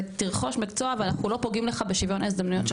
זה לרכוש מקצוע ולא פוגעים בשוויון ההזדמנויות שלך.